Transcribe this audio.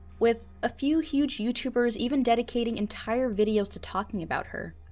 with, a few huge youtubers even dedicating entire videos to talking about her.